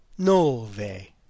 Nove